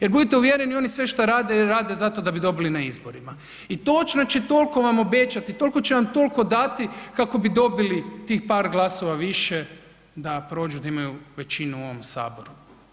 Jer budite uvjereni, oni sve što rade, rade zato da bi dobili na izborima i točno će toliko vam obećati, toliko će vam toliko dati, kako bi dobili tih par glasova više da prođu, da imaju većinu u ovom Saboru.